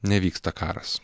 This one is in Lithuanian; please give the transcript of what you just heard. nevyksta karas